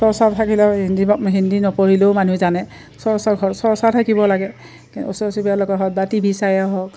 চৰ্চা থাকিলেও হিন্দী হিন্দী নপঢ়িলেও মানুহে জানে চৰ্চাৰ চৰ্চা থাকিব লাগে ওচৰ চুুবুৰীয়াৰ লগত হওক বা টিভি চায়েই হওক